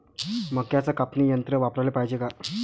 मक्क्याचं कापनी यंत्र वापराले पायजे का?